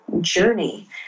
journey